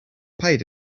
paid